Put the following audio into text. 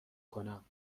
کنم